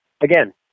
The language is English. again